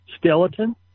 skeleton